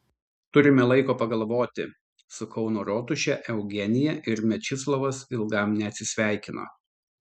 turime laiko pagalvoti su kauno rotuše eugenija ir mečislovas ilgam neatsisveikino